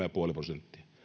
ja puoli prosenttia